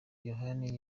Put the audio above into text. yohani